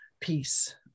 peace